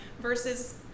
versus